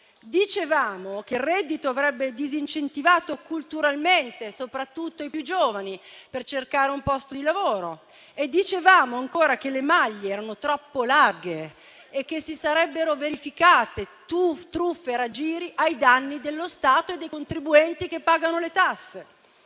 dicevamo che il reddito avrebbe disincentivato culturalmente soprattutto i più giovani dal cercare un posto di lavoro; dicevamo ancora che le maglie erano troppo larghe e che si sarebbero verificati truffe e raggiri ai danni dello Stato e dei contribuenti che pagano le tasse.